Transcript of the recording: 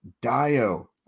Dio